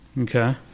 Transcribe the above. Okay